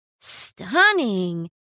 Stunning